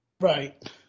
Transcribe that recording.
Right